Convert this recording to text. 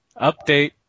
Update